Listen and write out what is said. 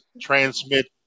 transmit